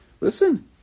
Listen